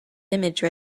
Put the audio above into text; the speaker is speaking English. image